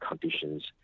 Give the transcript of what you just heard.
conditions